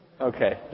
Okay